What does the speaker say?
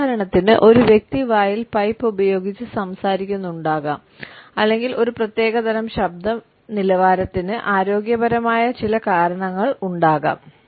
ഉദാഹരണത്തിന് ഒരു വ്യക്തി വായിൽ പൈപ്പ് ഉപയോഗിച്ച് സംസാരിക്കുന്നുണ്ടാകാം അല്ലെങ്കിൽ ഒരു പ്രത്യേക തരം ശബ്ദ നിലവാരത്തിന് ആരോഗ്യപരമായ ചില കാരണങ്ങളുണ്ടാകാം